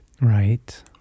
Right